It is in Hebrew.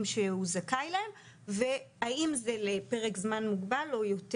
שהוא זכאי להם והאם זה לפרק זמן מוגבל או יותר.